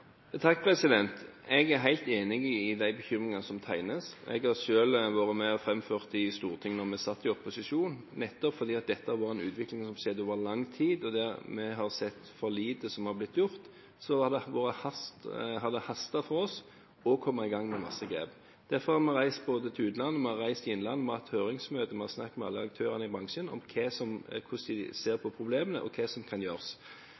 Jeg er helt enig i de bekymringene som tegnes. Jeg har selv vært med og framført dem i Stortinget da vi satt i opposisjon. Nettopp fordi dette har vært en utvikling som har skjedd over lang tid, og der vi har sett at for lite har blitt gjort, har det hastet for oss å komme i gang med masse grep. Derfor har vi reist til utlandet, vi har reist i innlandet, vi har hatt høringsmøter, og vi har snakket med alle aktørene i bransjen om hvordan de ser på problemet, og hva som gjøres.